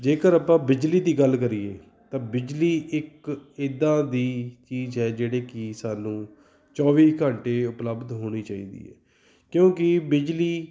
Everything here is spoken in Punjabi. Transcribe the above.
ਜੇਕਰ ਆਪਾਂ ਬਿਜਲੀ ਦੀ ਗੱਲ ਕਰੀਏ ਤਾਂ ਬਿਜਲੀ ਇੱਕ ਇੱਦਾਂ ਦੀ ਚੀਜ਼ ਹੈ ਜਿਹੜੀ ਕਿ ਸਾਨੂੰ ਚੌਵੀ ਘੰਟੇ ਉਪਲਬਧ ਹੋਣੀ ਚਾਹੀਦੀ ਹੈ ਕਿਉਂਕਿ ਬਿਜਲੀ